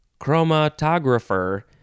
chromatographer